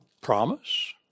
promise